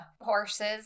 horses